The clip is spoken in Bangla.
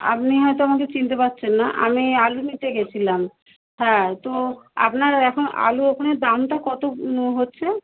আপনি হয়তো আমাকে চিনতে পারছেন না আমি আলু নিতে গিয়েছিলাম হ্যাঁ তো আপনার এখন আলু ওখানে দামটা কত হচ্ছে